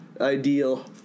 ideal